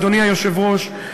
אדוני היושב-ראש,